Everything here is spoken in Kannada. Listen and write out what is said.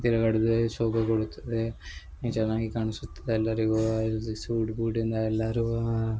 ತಿರ್ಗಾಡುದೇ ಶೋಭೆ ಕೊಡುತ್ತದೆ ಚೆನ್ನಾಗಿ ಕಾಣ್ಸುತ್ತದೆ ಎಲ್ಲರಿಗೂ ಇದು ಸೂಟ್ ಬುಟ್ ಇಂದ ಎಲ್ಲರೂ